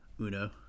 uno